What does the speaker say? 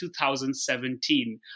2017